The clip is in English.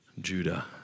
Judah